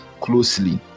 closely